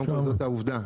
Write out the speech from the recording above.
קודם כל זאת העובדה,